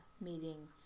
meeting